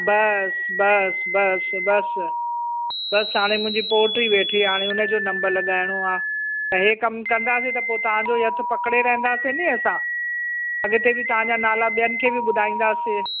बसि बसि बसि बसि बसि हाणे मुंहिंजी पोटी वेठी आहे हाणे हुन जो नम्बर लॻाइणो आहे त हे कम कंदासीं त पोइ तव्हांजो ई हथ पकिड़े रेहंदासीं नी असां अॻिते बि तव्हांजा नाला ॿियनि खे बि ॿुधाईंदासीं